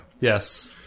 Yes